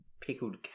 pickled